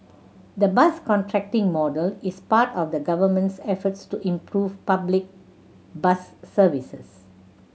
the bus contracting model is part of the Government's efforts to improve public bus services